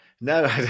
No